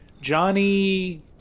Johnny